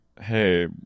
hey